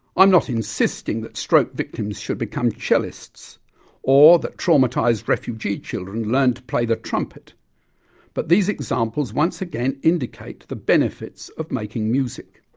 i'm not insisting that stroke victims should become cellists or that traumatised refugee children learn to play the trumpet but these examples once again indicate the benefits of making music.